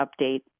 update